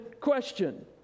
question